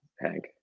Hank